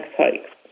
hikes